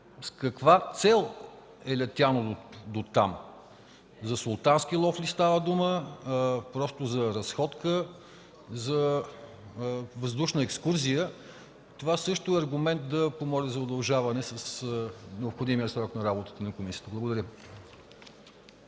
каква цел са летели до там – за султански лов ли става дума, за разходка, за въздушна екскурзия ли? Това също е аргумент да помоля за удължаване с необходимия срок на работата на комисията. Благодаря.